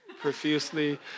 profusely